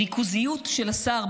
בריכוזיות של השר.